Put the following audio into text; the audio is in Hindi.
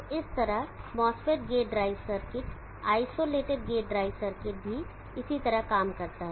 तो इस तरह MOSFET gate drive circuit isolated gate drive circuit भी इसी तरह काम करता है